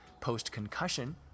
Post-concussion